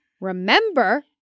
remember